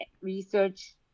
research